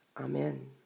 Amen